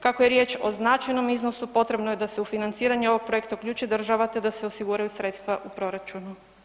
Kako je riječ o značajnom iznosu potrebno je da se u financiranje ovog projekta uključi država te da se osiguraju sredstva u proračunu.